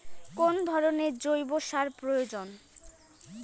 কোন ধরণের জৈব সার প্রয়োজন?